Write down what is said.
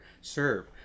serve